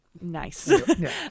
Nice